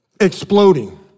exploding